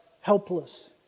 helpless